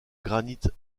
granite